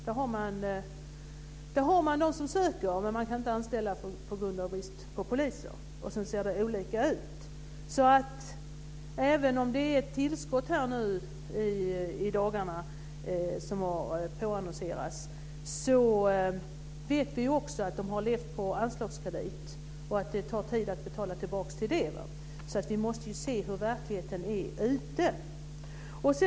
Där har man de som söker, men man kan inte anställa på grund av brist på pengar. Och sedan ser det olika ut. Även om ett tillskott har påannonserats i dagarna vet vi också att man har levt på anslagskredit och att det tar tid att betala tillbaka det. Vi måste ju se hur verkligheten är.